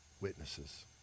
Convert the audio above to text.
witnesses